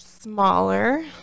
smaller